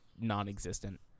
non-existent